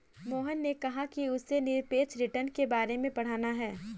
महेंद्र ने कहा कि उसे निरपेक्ष रिटर्न के बारे में पढ़ना है